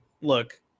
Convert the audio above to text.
Look